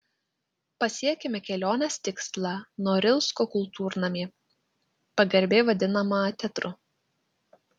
pasiekėme kelionės tikslą norilsko kultūrnamį pagarbiai vadinamą teatru